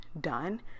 done